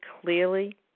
clearly